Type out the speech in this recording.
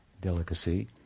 delicacy